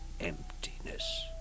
emptiness